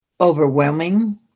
overwhelming